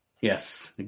Yes